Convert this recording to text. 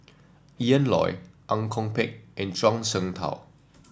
Ian Loy Ang Kok Peng and Zhuang Shengtao